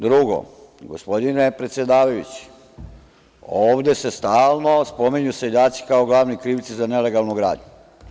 Drugo, gospodine predsedavajući, ovde se stalno spominju seljaci kao glavni krivci za nelegalnu gradnju.